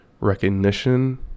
recognition